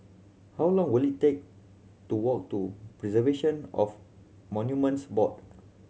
how long will it take to walk to Preservation of Monuments Board